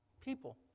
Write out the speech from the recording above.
people